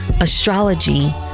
astrology